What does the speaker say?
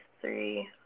three